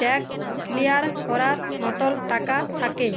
cheque clear ক্যরার মতল টাকা থ্যাকে